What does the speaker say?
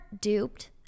duped